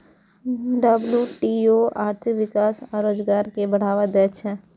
WTO आर्थिक विकास आ रोजगार कें बढ़ावा दै छै